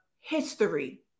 history